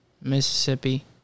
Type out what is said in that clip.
Mississippi